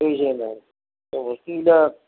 বুজিছে নে নাই তে বস্তুবিলাক